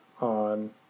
on